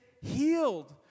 healed